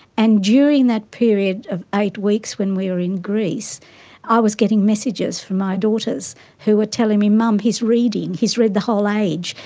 and during that period of eight weeks when we were in greece i was getting messages from my daughters who were telling me, mum, he's reading, he's read the whole age.